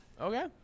Okay